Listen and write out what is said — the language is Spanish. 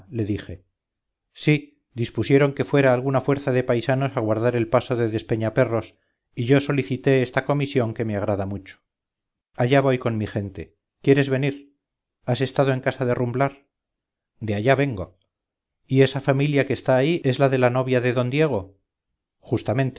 le dije sí dispusieron que fuera alguna fuerza de paisanos a guardar el paso de despeñaperros y yo solicité esta comisión que me agrada mucho allá voy con mi gente quieres venir has estado en casa de rumblar de allá vengo y esa familia que está ahí es la de la novia de d diego justamente